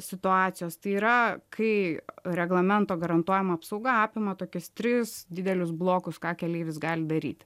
situacijos tai yra kai reglamento garantuojama apsauga apima tokias tris didelius blokus ką keleivis gali daryt